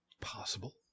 Possible